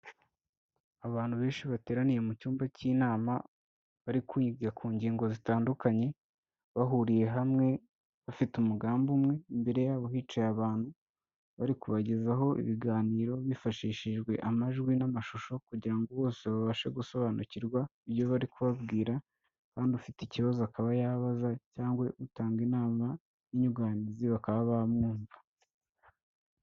Abantu benshi bateraniye mu cyumba cy'inama, bari kwiga ku ngingo zitandukanye, bahuriye hamwe, bafite umugambi umwe, imbere yabo hicaye abantu, bari kubagezaho ibiganiro bifashishijwe amajwi n'amashusho kugira ngo bose babashe gusobanukirwa ibyo bari kubabwira, kandi ufite ikibazo akaba yabaza cyangwa utanga inama n'inyunganizi bakaba bamwumva.